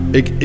ik